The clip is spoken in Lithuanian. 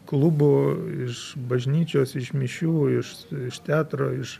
klubų iš bažnyčios iš mišių iš iš teatro iš